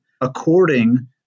according